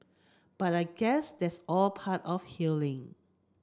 but I guess that's all part of healing